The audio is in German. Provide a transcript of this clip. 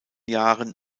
jahren